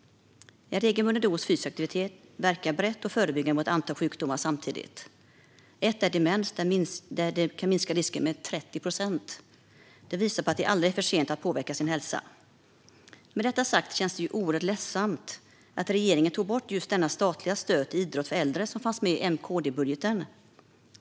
En regelbunden dos fysisk aktivitet verkar brett och förebyggande mot ett antal sjukdomar samtidigt. En är demens där risken minskar med 30 procent. Det visar att det aldrig är för sent att påverka sin hälsa. Med detta sagt känns det oerhört ledsamt att regeringen tog bort just det statliga stöd till idrott för äldre som fanns med i M-KD-budgeten.